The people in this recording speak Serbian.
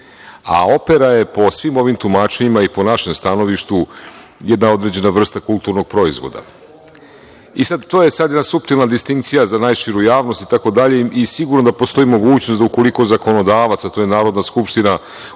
a opera je po svim ovim tumačenjima i po našem stanovištu jedna određena vrsta kulturnog proizvoda. To je sad jedna suptilna distinkcija za našu najširu javnost, itd. i siguran sam da postoji mogućnost da ukoliko zakonodavac, a to je Narodna skupština,